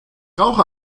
rauche